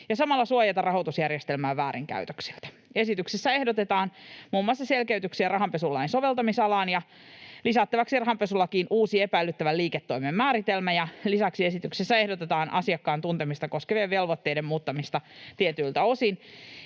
ja samalla suojata rahoitusjärjestelmää väärinkäytöksiltä. Esityksessä ehdotetaan muun muassa selkeytyksiä rahanpesulain soveltamisalaan ja lisättäväksi rahanpesulakiin uusi epäilyttävän liiketoimen määritelmä. Lisäksi esityksessä ehdotetaan asiakkaan tuntemista koskevien velvoitteiden muuttamista tietyiltä osin